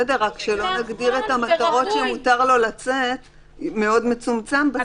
רק שלא נגדיר את המטרות שמותר לו לצאת בצורה מאוד מצומצמת בסוף.